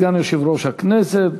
סגן יושב-ראש הכנסת.